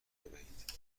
بدهید